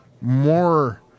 more